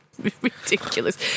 ridiculous